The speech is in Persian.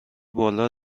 بالا